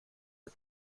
are